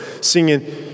singing